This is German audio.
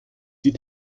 die